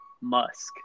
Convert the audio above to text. musk